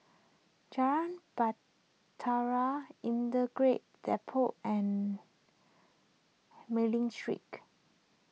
Jalan Bahtera Depot and Mei Ling